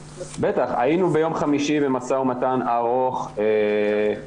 היינו ביום חמישי במשא ומתן ארוך עם